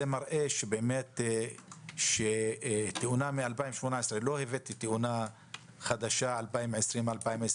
זה מראה שתאונה מ-2018 לא תאונה חדשה מ-2020 או 2021